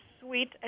sweet